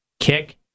kick